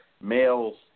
males